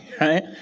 Right